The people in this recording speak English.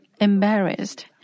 embarrassed